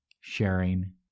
sharing